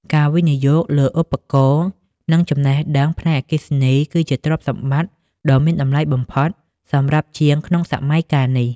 ការវិនិយោគលើឧបករណ៍ និងចំណេះដឹងផ្នែកអគ្គិសនី គឺជាទ្រព្យសម្បត្តិដ៏មានតម្លៃបំផុតសម្រាប់ជាងក្នុងសម័យកាលនេះ។